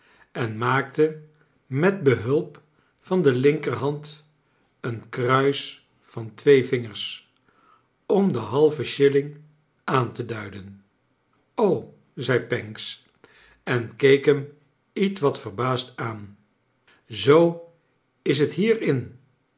en maakte met behulp van de linkerhand een kruis van twee vingers om den balven shilling aan te duiden zei pancks en keek hem ietwat verbaasd aan zoo is t hier